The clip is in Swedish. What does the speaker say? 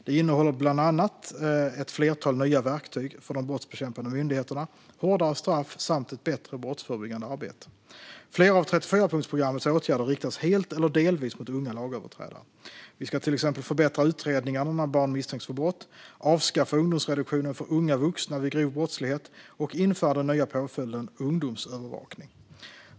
Det innehåller bland annat ett flertal nya verktyg för de brottsbekämpande myndigheterna, hårdare straff och ett bättre brottsförebyggande arbete. Flera av 34-punktsprogrammets åtgärder riktas helt eller delvis mot unga lagöverträdare. Vi ska till exempel förbättra utredningarna när barn misstänks för brott, avskaffa ungdomsreduktionen för unga vuxna vid grov brottslighet och införa den nya påföljden ungdomsövervakning.